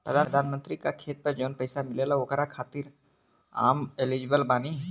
प्रधानमंत्री का खेत पर जवन पैसा मिलेगा ओकरा खातिन आम एलिजिबल बानी?